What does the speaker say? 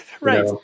right